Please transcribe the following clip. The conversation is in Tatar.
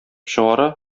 чыгара